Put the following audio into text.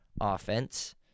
offense